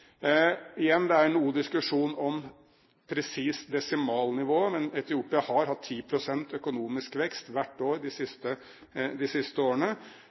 Igjen, det er noe diskusjon om presist desimalnivå, men Etiopia har hatt 10 pst. økonomisk vekst, hvert år, de siste årene. De